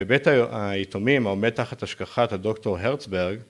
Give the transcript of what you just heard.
‫בבית היתומים עומד תחת השגחת ‫הדוקטור הרצברג.